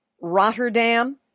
Rotterdam